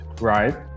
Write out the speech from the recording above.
Right